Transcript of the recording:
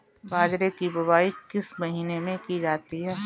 बाजरे की बुवाई किस महीने में की जाती है?